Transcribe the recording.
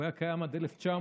הוא היה קיים עד 1965,